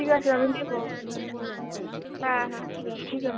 ঠিক আছে আমি নেবো হ্যাঁ হ্যাঁ হ্যাঁ ঠিক আছে